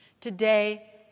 Today